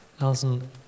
Alison